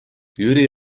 jüri